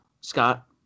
Scott